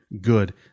good